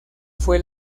fue